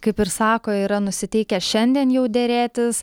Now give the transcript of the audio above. kaip ir sako yra nusiteikę šiandien jau derėtis